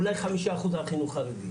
אולי 5% על חינוך חרדי.